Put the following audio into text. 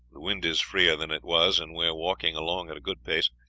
the wind is freer than it was, and we are walking along at a good pace.